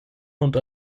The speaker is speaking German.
und